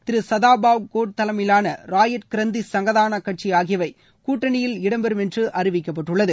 திரு சாதாபாவ் கோட் தலைமையிலான ரயாட் கிரந்த்தி சங்கதானா கட்சி ஆகியவை கூட்டணியில் இடம்பெறம் என்று அறிவிக்கப்பட்டுள்ளது